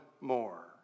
more